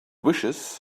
wishes